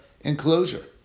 enclosure